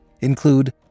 include